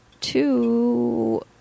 two